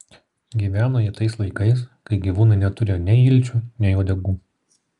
gyveno jie tais laikais kai gyvūnai neturėjo nei ilčių nei uodegų